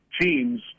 teams –